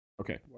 Okay